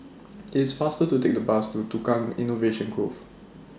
It's faster to Take The Bus to Tukang Innovation Grove